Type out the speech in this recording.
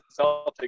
Celtics